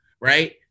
Right